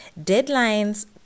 Deadlines